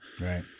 Right